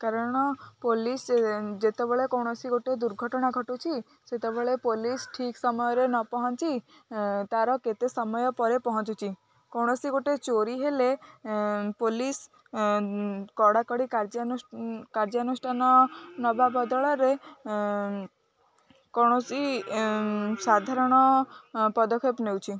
କାରଣ ପୋଲିସ୍ ଯେତେବେଳେ କୌଣସି ଗୋଟେ ଦୁର୍ଘଟଣା ଘଟୁଛି ସେତେବେଳେ ପୋଲିସ୍ ଠିକ୍ ସମୟରେ ନ ପହଞ୍ଚି ତାର କେତେ ସମୟ ପରେ ପହଞ୍ଚୁଛି କୌଣସି ଗୋଟେ ଚୋରି ହେଲେ ପୋଲିସ କଡ଼ାକଡ଼ି କାର୍ଯ୍ୟାନୁଷ୍ଠାନ ନେବା ବଦଳରେ କୌଣସି ସାଧାରଣ ପଦକ୍ଷେପ ନେଉଛି